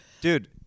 Dude